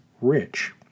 rich